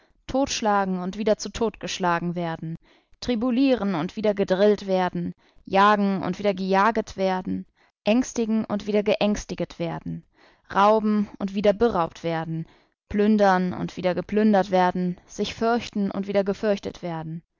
totschlagen und wieder zu tod geschlagen werden tribulieren und wieder gedrillt werden jagen und wieder gejaget werden ängstigen und wieder geängstiget werden rauben und wieder beraubt werden plündern und wieder geplündert werden sich förchten und wieder geförchtet werden